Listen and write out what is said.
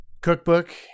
cookbook